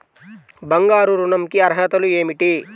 బంగారు ఋణం కి అర్హతలు ఏమిటీ?